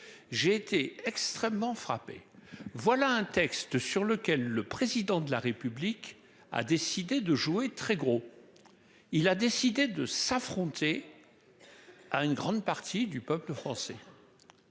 J'ai été extrêmement frappé. Voilà un texte sur lequel le président de la République a décidé de jouer très gros. Il a décidé de s'affronter. À une grande partie du peuple français.